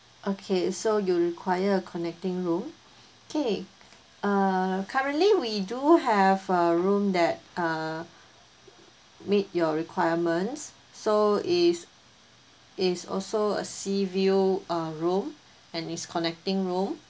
okay so you require a connecting room okay uh currently we do have uh room that uh meet your requirements so is is also a sea view uh room and is connecting room